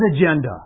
agenda